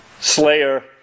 slayer